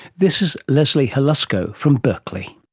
this is leslea hlusko from berkeley.